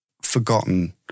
forgotten